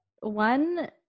one